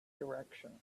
direction